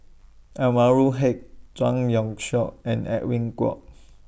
Anwarul Haque Zhang Youshuo and Edwin Koek